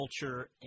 culture